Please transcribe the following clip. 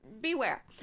Beware